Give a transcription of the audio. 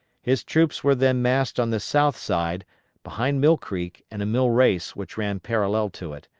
his troops were then massed on the south side behind mill creek and a mill-race which ran parallel to it,